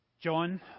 John